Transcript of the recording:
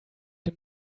dem